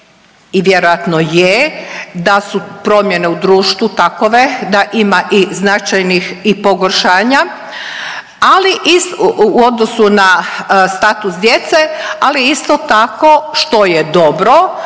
i vjerojatno je da su promjene u društvu takove da ima i značajnih i pogoršanja, ali ist…, u odnosu na status djece, ali isto tako što je dobro